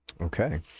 okay